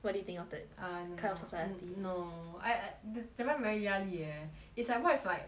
what do you think of that err no kind of society mm no I I th~ that [one] very 压力 leh it's like what if like